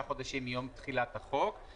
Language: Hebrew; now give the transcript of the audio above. אם הייתה פה עכשיו חקיקה שתלויה בתוכנית מתאר וכדומה,